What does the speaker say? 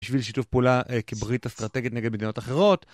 בשביל שיתוף פעולה כברית אסטרטגית נגד מדינות אחרות.